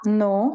no